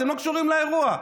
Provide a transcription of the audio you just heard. אתם לא קשורים לאירוע.